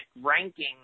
ranking